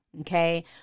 Okay